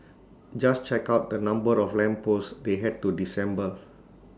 just check out the number of lamp posts they had to disassemble